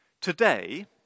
Today